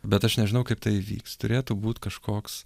bet aš nežinau kaip tai įvyks turėtų būt kažkoks